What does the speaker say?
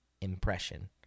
impression